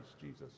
Jesus